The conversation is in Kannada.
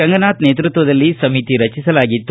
ರಂಗನಾಥ ನೇತೃತ್ವದಲ್ಲಿ ಸಮಿತಿ ರಚಿಸಲಾಗಿತ್ತು